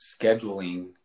scheduling